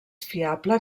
fiable